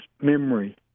memory